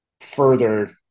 further